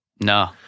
no